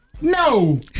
No